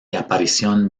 aparición